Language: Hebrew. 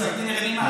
פסק דין גנימאת.